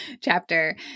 chapter